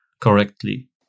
correctly